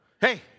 Hey